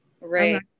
Right